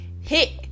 Hit